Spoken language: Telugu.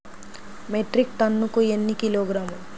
మెట్రిక్ టన్నుకు ఎన్ని కిలోగ్రాములు?